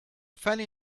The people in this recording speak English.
funny